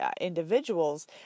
individuals